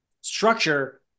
structure